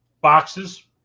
Boxes